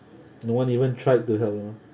no one even tried to help ah